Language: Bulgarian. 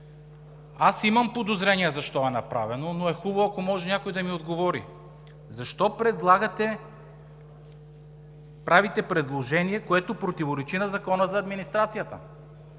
Аз имам подозрения защо е направена, но е хубаво, ако може някой да ми отговори. Защо правите предложение, което противоречи на Закона за администрацията?